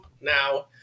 now